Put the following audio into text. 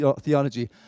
theology